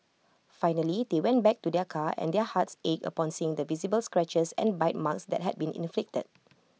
finally they went back to their car and their hearts ached upon seeing the visible scratches and bite marks that had been inflicted